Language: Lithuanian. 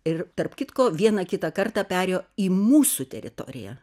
ir tarp kitko vieną kitą kartą perėjo į mūsų teritoriją